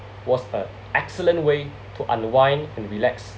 was a excellent way to unwind and relax